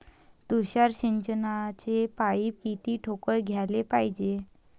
तुषार सिंचनाचे पाइप किती ठोकळ घ्याले पायजे?